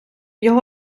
його